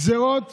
גזרות